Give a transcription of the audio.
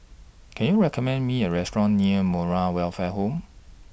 Can YOU recommend Me A Restaurant near Moral Welfare Home